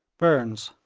burnes,